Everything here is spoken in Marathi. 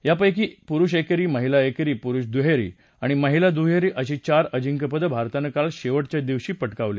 यापैकी पुरुष एकेरी महिला एकेरी पुरुष दुहेरी आणि महिला दुहेरी अशी चार अजिंक्यपदं भारतानं काल शेवटच्या दिवशी पटकावली